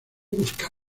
buscar